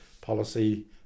policy